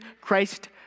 Christ